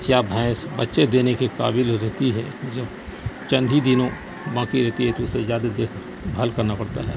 یا بھینس بچے دینے کے قابل ہو جاتی ہے جب چند ہی دنوں باقی رہتی ہے تو اسے زیادہ دیکھ بھال کرنا پڑتا ہے